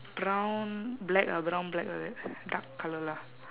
brown black ah brown black like that dark colour lah